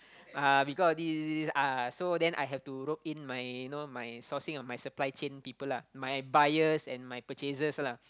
(uh huh) because of this this this this ah so then I have to rope in my you know my sourcing of my supply chain people lah my buyers and my purchasers lah